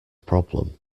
problem